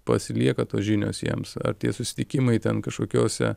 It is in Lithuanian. pasilieka tos žinios jiems ar tie susitikimai ten kažkokiose